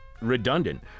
redundant